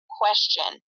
question